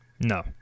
No